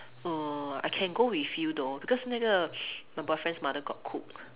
err I can't go with you though because 那个 my boyfriend's mother got cook